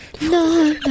No